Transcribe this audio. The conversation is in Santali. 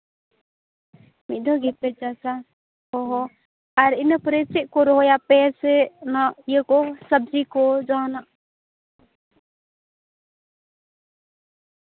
ᱢᱤᱫ ᱫᱷᱟᱣ ᱜᱮᱯᱮ ᱪᱟᱥᱟ ᱚ ᱟᱨ ᱤᱱᱟᱹᱯᱚᱨᱮ ᱪᱮᱫ ᱠᱚ ᱨᱚᱦᱚᱭᱟᱯᱮ ᱥᱮ ᱚᱱᱟ ᱤᱭᱟᱹ ᱠᱚ ᱥᱚᱵᱽᱡᱤ ᱠᱚ ᱡᱟᱦᱟᱱᱟᱜ